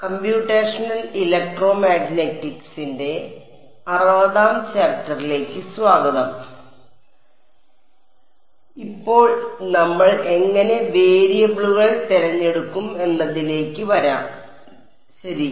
ശരിയാണ് ഇപ്പോൾ നമ്മൾ എങ്ങനെ വേരിയബിളുകൾ തിരഞ്ഞെടുക്കും എന്നതിലേക്ക് വരാം ശരി